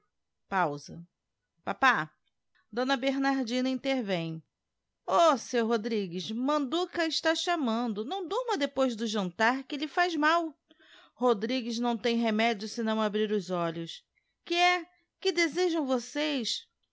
pausa papá d bernardina intervém o seu rodrigues manduca está chamando não durma depois do jantar que lhe faz mal rodrigues não tem remédio senão abrir os olhos que é que desejam vocês